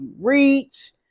reach